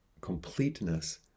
completeness